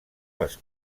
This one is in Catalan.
les